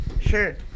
Sure